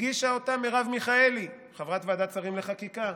הגישה אותה מרב מיכאלי, חברת ועדת שרים לחקיקה,